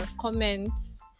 comments